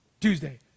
Tuesday